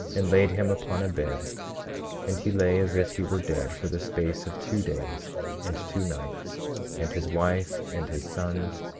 and laid him upon a bed and he lay as if he were dead for the space of two days and two nights and his wife, and his sons,